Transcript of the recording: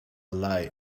lie